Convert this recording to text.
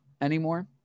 anymore